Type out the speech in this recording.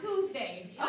Tuesday